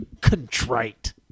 contrite